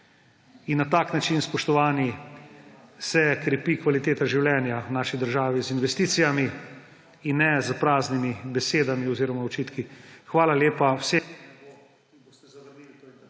Na tak način, spoštovani, se krepi kvaliteta življenja v naši državi. Z investicijami in ne s praznimi besedami oziroma očitki. Hvala lepa